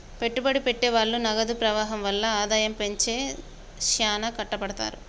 పెట్టుబడి పెట్టె వాళ్ళు నగదు ప్రవాహం వల్ల ఆదాయం పెంచేకి శ్యానా కట్టపడతారు